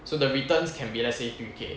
so the returns can be as let's say three K